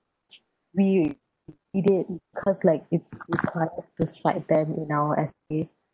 we we did it cause like it's it's cite them in our essays